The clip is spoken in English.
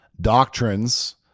doctrines